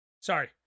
sorry